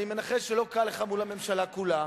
אני מנחש שלא קל לך מול הממשלה כולה,